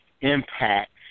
impact